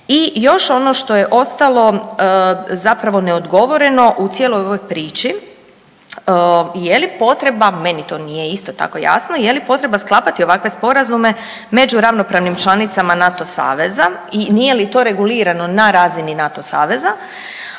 i još ono što je ostalo zapravo neodgovoreno u cijeloj ovoj priči, je li potreba, meni to isto tako nije jasno, je li potreba sklapati ovakve sporazume među ravnopravnim članicama NATO saveza, i nije li to regulirano na razini NATO saveza,